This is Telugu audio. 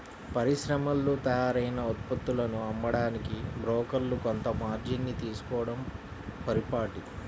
పరిశ్రమల్లో తయారైన ఉత్పత్తులను అమ్మడానికి బ్రోకర్లు కొంత మార్జిన్ ని తీసుకోడం పరిపాటి